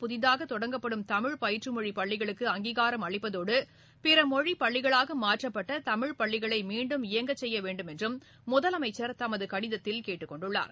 புதிதாக தொடங்கப்படும் தமிழ் பயிற்றுமொழி பள்ளிகளுக்கு அங்கீகாரம் அளிப்பதோடு பிற மொழி பள்ளிகளாக மாற்றப்பட்ட தமிழ் பள்ளிகளை மீண்டும் இயங்க செய்ய வேண்டும் எனவும் முதலமைச்சர் தமது கடிதத்தில் கேட்டுக்கொண்டுள்ளார்